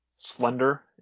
slender